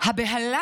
הבהלה